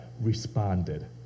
responded